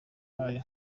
bayo